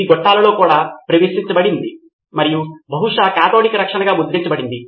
ఇది గొట్టాలలో కూడ ప్రవేశపెట్టబడింది మరియు బహుశా కాథోడిక్ రక్షణగా ముద్రించబడింది